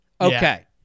Okay